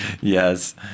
Yes